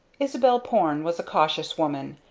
isabel porne was a cautious woman,